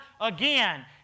again